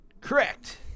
Correct